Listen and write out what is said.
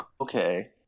Okay